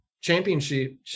championship